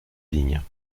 ligne